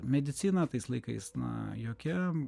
medicina tais laikais na jokia